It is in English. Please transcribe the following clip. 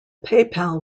paypal